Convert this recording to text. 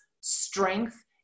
strength